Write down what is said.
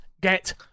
Get